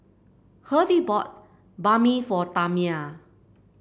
Hervey bought Banh Mi for Tamia